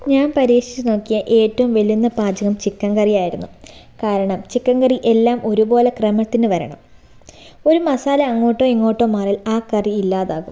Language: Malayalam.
ഞാൻ പരീക്ഷിച്ചു നോക്കിയ ഏറ്റവും വെല്ലുന്ന പാചകം ചിക്കൻ കറിയായിരുന്നു കാരണം ചിക്കൻ കറി എല്ലാം ഒരുപോലെ ക്രമത്തിന് വരണം ഒരു മസാല അങ്ങോട്ടോ ഇങ്ങോട്ടോ മാറിയാൽ ആ കറി ഇല്ലാതാകും